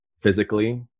physically